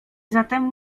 zatem